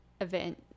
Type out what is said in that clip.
event